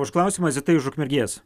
už klausimą zita iš ukmergės